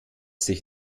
sich